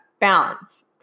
Balance